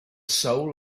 soul